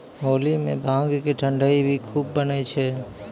होली मॅ भांग के ठंडई भी खूब बनै छै